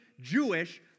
Jewish